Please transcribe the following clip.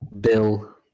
Bill